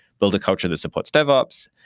build a culture that supports devops,